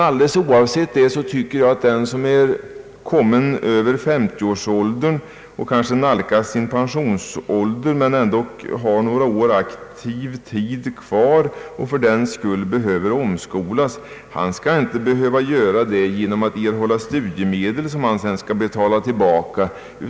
Alldeles oavsett detta tycker jag att den som har passerat 30-årsgränsen och kanske nalkas pensionsåldern men som ändå har några år kvar i aktiv verksamhet och för den skull behöver omskolas inte bör erhålla studiemedel som sedan skall betalas tillbaka.